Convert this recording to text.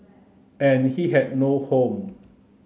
and he had no home